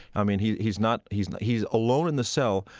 i mean, he's he's not he's he's alone in the cell,